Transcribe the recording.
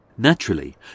Naturally